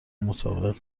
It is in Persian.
مطابق